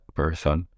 person